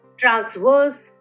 transverse